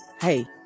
hey